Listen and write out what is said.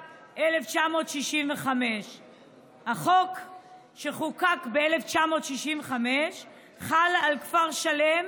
התשכ"ה 1965. החוק שחוקק ב-1965 חל על כפר שלם